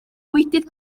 bwydydd